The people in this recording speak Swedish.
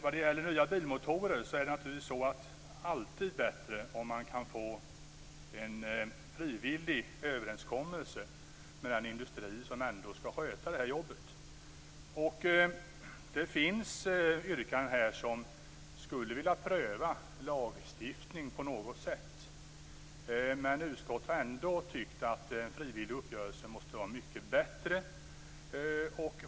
I fråga om nya bilmotorer är det givetvis alltid bättre om det går att få en frivillig överenskommelse med den industri som skall sköta jobbet. Det finns yrkanden i detta sammanhang där man säger sig vilja pröva lagstiftning på något sätt. Utskottsmajoriteten tycker dock att en frivillig uppgörelse måste vara mycket bättre.